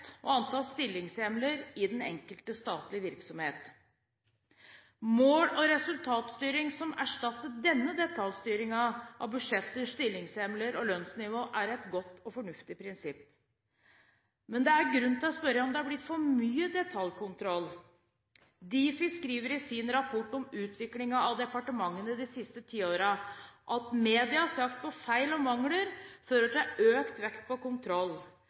og antall stillingshjemler i den enkelte statlige virksomhet. Mål- og resultatstyring som erstattet denne detaljertstyringen av budsjetter, stillingshjemler og lønnsnivåer, er et godt og fornuftig prinsipp. Men det er grunn til å spørre om det er blitt for mye detaljkontroll. Difi skriver i sin rapport om utviklingen i departementene det siste ti årene at: «Medienes jakt på feil og mangler fører til økt vekt på kontroll.